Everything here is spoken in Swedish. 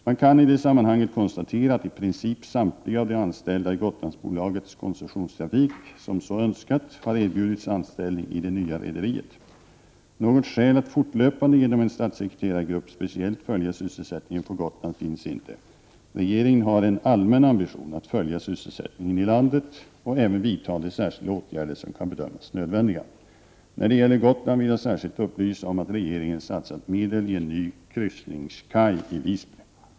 Man kan i det sammanhanget konstatera att i princip samtliga av de anställda i Gotlandsbolagets koncessionstrafik som så önskat har erbjudits anställningi Prot. 1988/89:89 det nya rederiet. Något skäl att fortlöpande genom en statssekreterargrupp 4 april 1989 speciellt följa sysselsättningen på Gotland finns inte. Regeringen har en allmän ambition att följa sysselsättningen i landet och även vidta de särskilda åtgärder som kan bedömas nödvändiga. När det gäller Gotland vill jag särskilt upplysa om att regeringen satsat medel i en ny kryssningskaj i Visby.